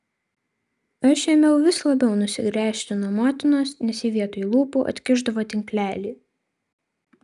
aš ėmiau vis labiau nusigręžti nuo motinos nes ji vietoj lūpų atkišdavo tinklelį